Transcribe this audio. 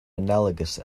analogous